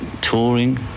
touring